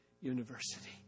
University